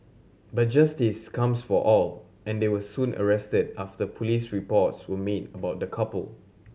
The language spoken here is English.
but justice comes for all and they were soon arrested after police reports were made about the couple